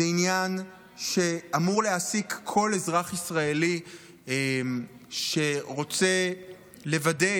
זה עניין שאמור להעסיק כל אזרח ישראלי שרוצה לוודא